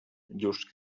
llurs